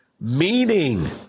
Meaning